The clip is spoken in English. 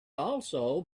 also